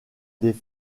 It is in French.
des